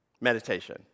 meditation